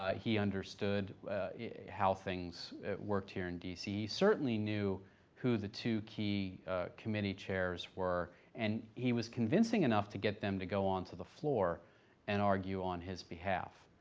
ah he understood how things worked here in d c. he certainly knew who the two key committee chairs were, and he was convincing enough to get them to go onto the floor and argue on his behalf,